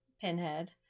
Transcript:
Pinhead